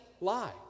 lie